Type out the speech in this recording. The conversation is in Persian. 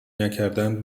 نکردند